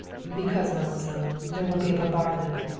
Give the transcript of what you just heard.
because, mademoiselle, there will be a bombardment.